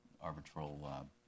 arbitral